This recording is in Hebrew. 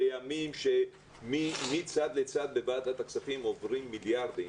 בימים שמצד לצד בוועדת הכספים עוברים מיליארדים,